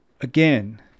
again